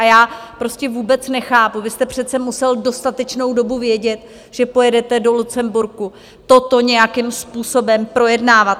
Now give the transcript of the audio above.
Já prostě vůbec nechápu, vy jste přece musel dostatečnou dobu vědět, že pojedete do Lucemburku toto nějakým způsobem projednávat.